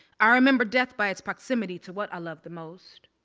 i remember death by its proximity to what i love the most.